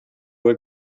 were